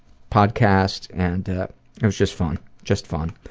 podcast and it was just fun, just fun.